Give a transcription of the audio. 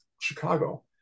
Chicago